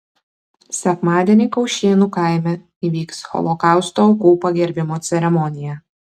sekmadienį kaušėnų kaime įvyks holokausto aukų pagerbimo ceremonija